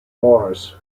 morris